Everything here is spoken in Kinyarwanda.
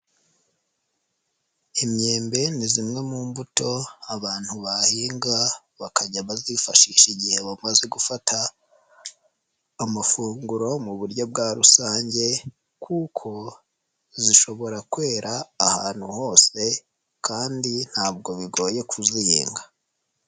Imyembe ni zimwe mu mbuto abantu bahinga bakajya bazifashisha igihe bamaze gufata amafunguro mu buryo bwa rusange kuko zishobora kwera ahantu hose kandi ntabwo bigoye kuziyenga.